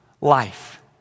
life